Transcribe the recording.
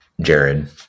Jared